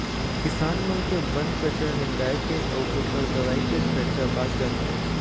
किसान मन के बन कचरा निंदाए के अउ ओखर दवई के खरचा बाच जाथे